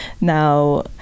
now